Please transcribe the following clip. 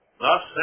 thus